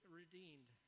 redeemed